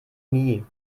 nie